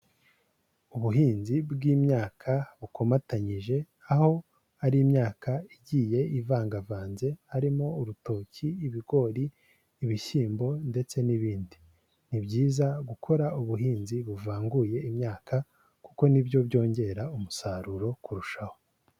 Ubuhinzi bw'imyaka bukomatanyije, aho ari imyaka igiye ivangavanze harimo urutoki, ibigori, ibishyimbo ndetse n'ibindi. Ni byiza gukora ubuhinzi buvanguye imyaka kuko ni byo byongera umusaruro kurushaho.